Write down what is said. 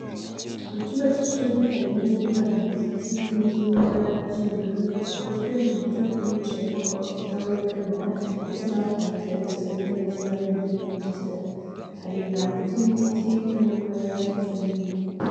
Mu cyumba cy'ishuri harimo intebe ibaje mu giti n'indi iri mu ibara ry'ubururu, zikozwe ku buryo uyicayeho aba afite aho yegamira ndetse n'aho kwandikira bidasabye ameza yandi yo kwandikiraho, hariho ibirango by'inyuguti byo mw'ibara ry'umweru.